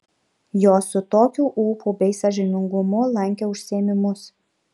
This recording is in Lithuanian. jos su tokiu ūpu bei sąžiningumu lankė užsiėmimus